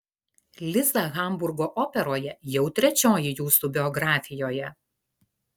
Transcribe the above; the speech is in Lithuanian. liza hamburgo operoje jau trečioji jūsų biografijoje